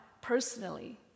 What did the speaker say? personally